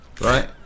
right